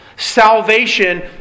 Salvation